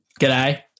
G'day